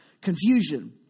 confusion